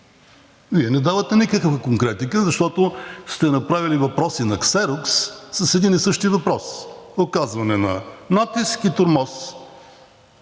Вие не давате никаква конкретика, защото сте направили въпроси на ксерокс с един и същи въпрос: оказване на натиск и тормоз,